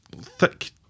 thick